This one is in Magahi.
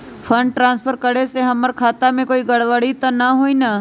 फंड ट्रांसफर करे से हमर खाता में कोई गड़बड़ी त न होई न?